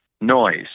noise